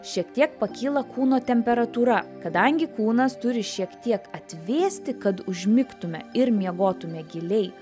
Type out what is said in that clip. šiek tiek pakyla kūno temperatūra kadangi kūnas turi šiek tiek atvėsti kad užmigtume ir miegotume giliai